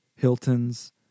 Hilton's